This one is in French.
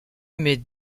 mes